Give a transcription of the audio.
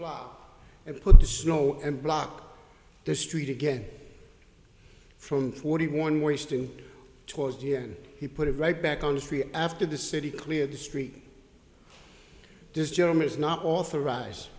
life and put the snow and block the street again from forty one wasting toys here he put it right back on the street after the city cleared the street this gentleman is not authorize